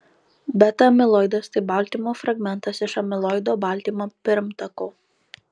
beta amiloidas tai baltymo fragmentas iš amiloido baltymo pirmtako